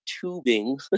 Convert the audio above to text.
tubing